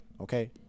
Okay